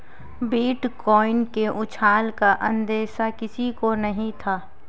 bitcoin के उछाल का अंदेशा किसी को नही था